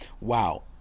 Wow